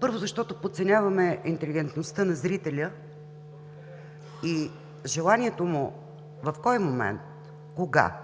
Първо, защото подценяваме интелигентността на зрителя и желанието му в кой момент, кога,